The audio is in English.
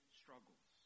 struggles